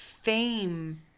Fame